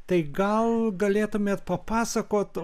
tai gal galėtumėt papasakot